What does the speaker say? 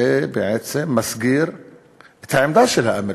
זה בעצם מסגיר את העמדה של האמריקנים,